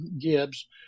Gibbs